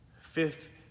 Fifth